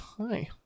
Hi